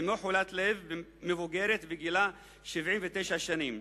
אמו חולת לב מבוגרת וגילה 79 שנים.